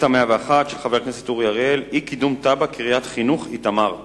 1. מדוע פתרון המחלוקת מבוצע באופן שפוגע בילדי